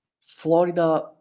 Florida